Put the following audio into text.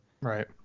right